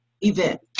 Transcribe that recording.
event